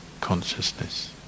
consciousness